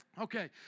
Okay